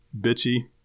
bitchy